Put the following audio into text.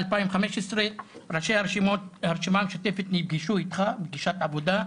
ב-2015 ראשי הרשימה המשותפת נפגשו אתך לפגישת עבודה.